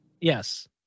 Yes